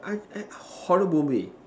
I at horrible way